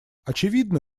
очевидно